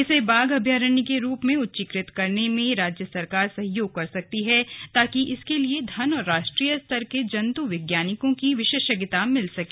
इसे बाघ अभयारण्य के रूप में उच्चीकृत करने में राज्य सरकार सहयोग कर सकती है ताकि इसके लिए धन और राष्ट्रीय स्तर के जंतु वैज्ञानिकों की विशेषज्ञता मिल सके